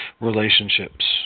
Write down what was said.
relationships